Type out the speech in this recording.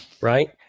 Right